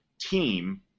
team –